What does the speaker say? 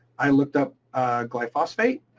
i looked up glyphosate